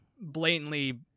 blatantly